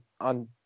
on